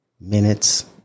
minutes